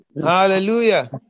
Hallelujah